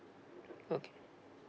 okay